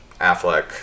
Affleck